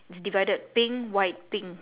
it's divided pink white pink